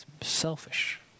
selfish